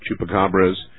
chupacabras